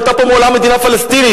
לא היתה פה מעולם יהודה פלסטינית.